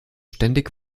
ständig